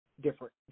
different